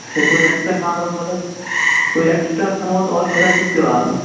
sir कोई extra काम हो तो बता कोई एक्स्ट्रा काम हो तो और बता सकते हो आप